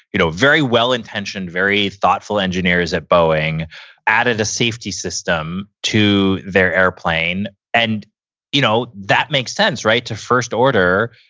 you know very well-intentioned, very thoughtful engineers at boeing added a safety system to their airplane, and you know that makes sense, right, to first order.